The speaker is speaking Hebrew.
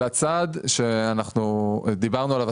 לצעד השני שדיברנו עליו,